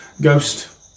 Ghost